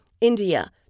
India